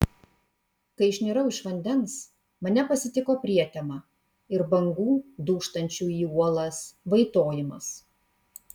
kai išnirau iš vandens mane pasitiko prietema ir bangų dūžtančių į uolas vaitojimas